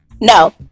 no